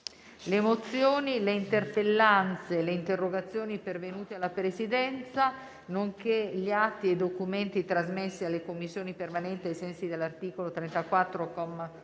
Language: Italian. Le mozioni, le interpellanze e le interrogazioni pervenute alla Presidenza, nonché gli atti e i documenti trasmessi alle Commissioni permanenti ai sensi dell'articolo 34,